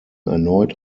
erneut